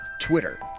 Twitter